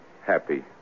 Happy